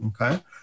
Okay